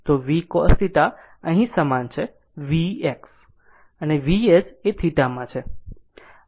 તો v cos θ અહીં સમાન છે v x અને Vs એ θમાં છે